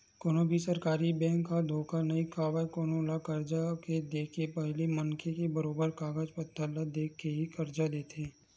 कोनो भी सरकारी बेंक ह धोखा नइ खावय कोनो ल करजा के देके पहिली मनखे के बरोबर कागज पतर ल देख के ही करजा देथे